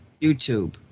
YouTube